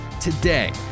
Today